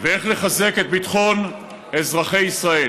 ואיך לחזק את ביטחון אזרחי ישראל.